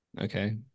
Okay